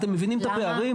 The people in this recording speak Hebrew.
אתם מבינים את הפערים?